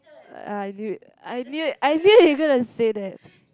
I knew it I knew it I knew you were going to say that